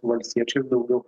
valstiečiai daugiau